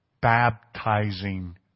baptizing